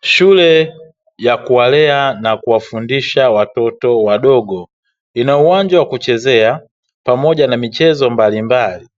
Shule ya kuwalea na kuwafundisha watoto wadogo, ina uwanja wa kuchezea pamoja na michezo mbalimbali,